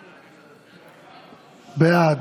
בעד,